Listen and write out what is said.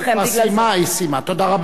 חבר הכנסת נסים זאב, בבקשה, יקירי.